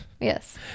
Yes